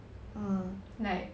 like